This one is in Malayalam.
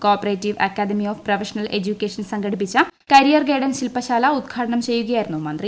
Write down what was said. co operative academy of professional education സംഘടിപ്പിച്ച കരിയർ ഗൈഡൻസ് ശിൽപശാല ഉദ്ഘാടനം ചെയ്യുകയായിരുന്നു മന്ത്രി